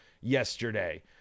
yesterday